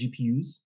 GPUs